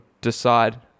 decide